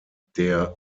der